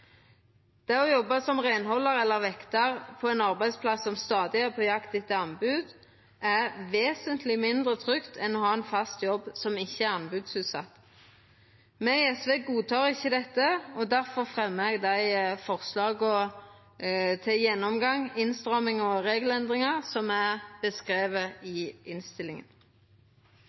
Det å jobba som reinhaldar eller vektar på ein arbeidsplass som stadig er på jakt etter tilbod, er vesentleg mindre trygt enn å ha ein fast jobb som ikkje er anbodsutsett. Me i SV godtek ikkje dette, difor fremjar me dei forslaga til gjennomgang, innstrammingar og regelendringar som er beskrivne i innstillinga.